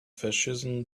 fascism